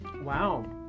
Wow